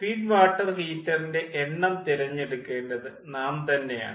feed water ഹീറ്ററിൻ്റെ എണ്ണം തിരഞ്ഞെടുക്കേണ്ടത് നാം തന്നെ ആണ്